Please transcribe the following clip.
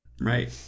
Right